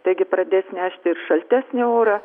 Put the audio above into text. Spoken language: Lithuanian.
taigi pradės nešti ir šaltesnį orą